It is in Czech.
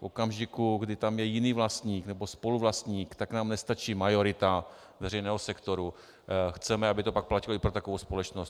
V okamžiku, kdy tam je jiný vlastník nebo spoluvlastník, tak nám nestačí majorita veřejného sektoru, chceme, aby to pak platilo i pro takovou společnost.